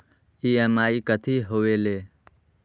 EMI कथी होवेले?